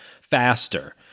faster